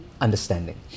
understanding